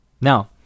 Now